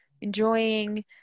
enjoying